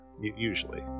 usually